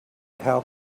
how